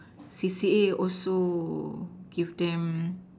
C_C_A also give them